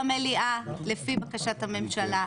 במליאה לפי בקשת הממשלה,